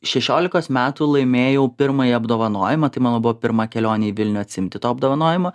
šešiolikos metų laimėjau pirmąjį apdovanojimą tai manau buvo pirma kelionė į vilnių atsiimti to apdovanojimo